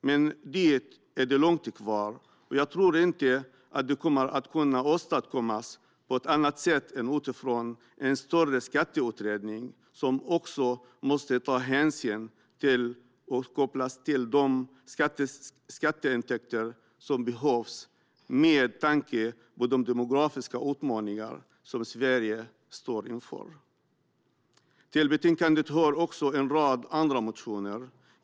Men dit är det långt kvar, och jag tror inte att det kommer att kunna åstadkommas på annat sätt än utifrån en större skatteutredning, som också måste ta hänsyn till och kopplas till de skatteintäkter som behövs med tanke på de demografiska utmaningar som Sverige står inför. Till betänkandet hör också en rad andra motioner.